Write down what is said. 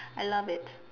I love it